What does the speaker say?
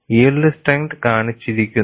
yield strength കാണിച്ചിരിക്കുന്നു